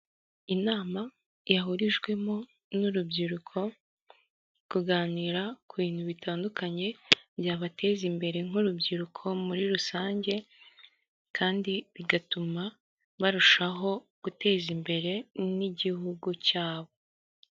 Inama yahurijwemo n'urubyiruko kuganira ku bintu bitandukanye byabateza imbere nk'urubyiruko muri rusange kandi bigatuma barushaho guteza imbere n'igihugu cyabo.